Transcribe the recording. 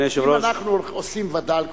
אם אנחנו עושים וד"ל,